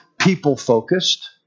people-focused